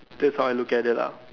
that's how I look at it lah